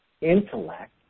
intellect